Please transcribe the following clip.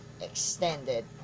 extended